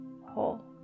Whole